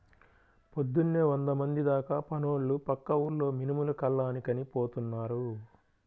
పొద్దున్నే వందమంది దాకా పనోళ్ళు పక్క ఊర్లో మినుములు కల్లానికని పోతున్నారు